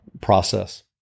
process